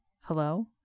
Hello